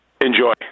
Enjoy